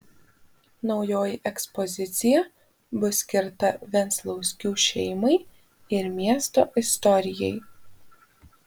naujoji ekspozicija bus skirta venclauskių šeimai ir miesto istorijai